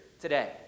today